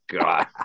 god